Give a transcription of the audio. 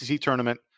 tournament